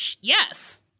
yes